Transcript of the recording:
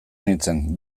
nintzen